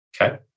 Okay